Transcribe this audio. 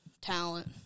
talent